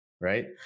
right